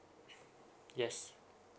yes